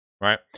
Right